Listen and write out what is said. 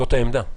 זאת העמדה.